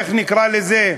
איך נקרא לזה,